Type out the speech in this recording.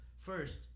First